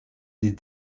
des